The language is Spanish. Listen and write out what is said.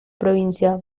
provincia